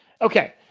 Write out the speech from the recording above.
Okay